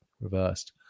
reversed